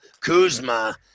Kuzma